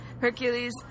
Hercules